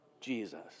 Jesus